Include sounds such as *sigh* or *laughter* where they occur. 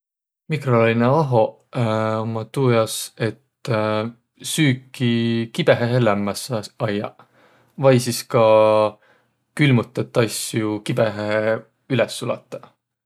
Mikrolaineahoq ummaq tuu jaos, et *hesitation* süüki kibõhõhe lämmäs ajjaq. Vai sis ka külmütet asjo kibõhõhe üles sulataq.